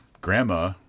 grandma